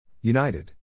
United